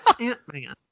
Ant-Man